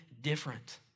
different